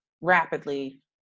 rapidly